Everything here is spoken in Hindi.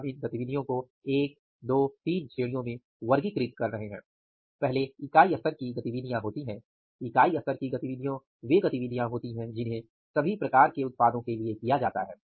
हम इन गतिविधियों को 1 2 3 श्रेणियों में वर्गीकृत कर रहे हैं पहले इकाई स्तर की गतिविधियाँ होती हैं इकाई स्तर की गतिविधियाँ वे गतिविधियाँ होती हैं जिन्हें सभी प्रकार के उत्पादों के लिए किया जाता है